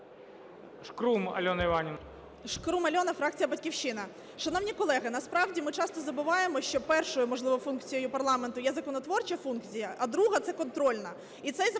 ШКРУМ А.І. Шкрум Альона, фракція "Батьківщина". Шановні колеги! Насправді, ми часто забуваємо, що першою, можливо, функцією парламенту є законотворча функція. А друга – це контрольна.